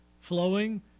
flowing